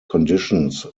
conditions